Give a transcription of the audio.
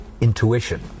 intuition